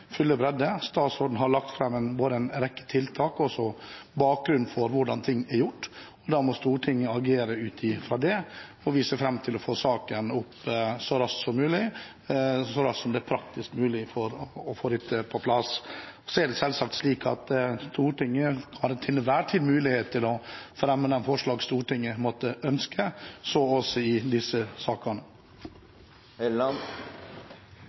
fulle bredde. Statsråden har lagt fram både en rekke tiltak og bakgrunnen for hvordan ting er gjort, og da må Stortinget agere ut fra det. Vi ser fram til å få saken opp så raskt som det er praktisk mulig, for å få dette på plass. Så er det selvsagt slik at Stortinget til enhver tid har mulighet til å fremme de forslag Stortinget måtte ønske – så også i disse